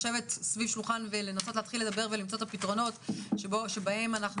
לשבת סביב שולחן ולנסות להתחיל לדבר ולמצוא את הפתרונות שבהם אנחנו